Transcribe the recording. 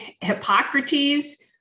Hippocrates